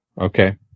Okay